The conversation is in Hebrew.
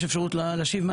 יש אפשרות להשיב?